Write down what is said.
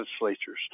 Legislatures